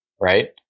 right